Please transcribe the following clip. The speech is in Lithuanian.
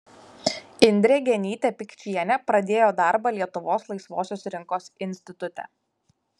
indrė genytė pikčienė pradėjo darbą lietuvos laisvosios rinkos institute